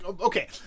Okay